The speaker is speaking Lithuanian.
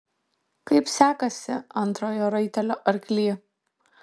kaip sekasi antrojo raitelio arkly